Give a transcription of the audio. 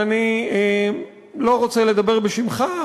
אני לא רוצה לדבר בשמך,